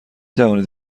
توانید